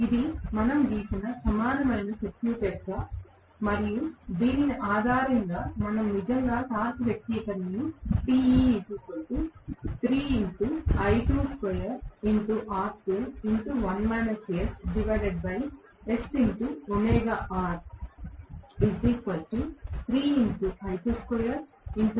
ఇది మనం గీసిన సమానమైన సర్క్యూట్ మరియు దీని ఆధారంగా మనం నిజంగా టార్క్ వ్యక్తీకరణను గా వ్రాసాము